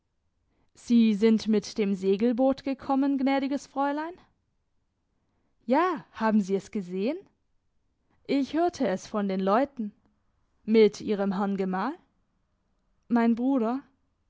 sie sind mit dem segelboot gekommen gnädiges fräulein ja haben sie es gesehen ich hörte es von den leuten mit ihrem herrn gemahl mein bruder